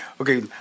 Okay